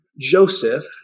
Joseph